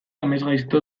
amesgaizto